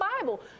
Bible